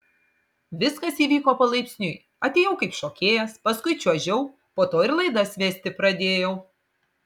viskas įvyko palaipsniui atėjau kaip šokėjas paskui čiuožiau po to ir laidas vesti pradėjau